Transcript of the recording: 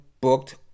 booked